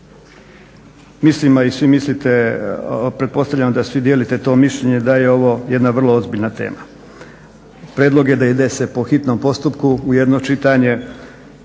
Mislim a i svi mislite, pretpostavljam da svi dijelite to mišljenje da je ovo jedna vrlo ozbiljna tema, prijedlog je da ide se po hitnom postupku, u jedno čitanje.